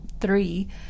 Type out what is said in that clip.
three